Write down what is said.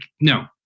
no